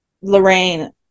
Lorraine